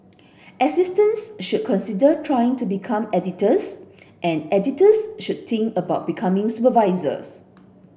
assistants should consider trying to become editors and editors should think about becoming supervisors